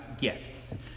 gifts